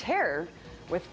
terror with